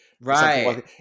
right